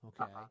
okay